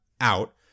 out